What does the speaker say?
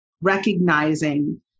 recognizing